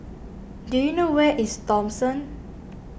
do you know where is Thomson